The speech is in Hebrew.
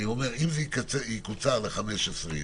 העיר אשדוד משמאל למטה לפי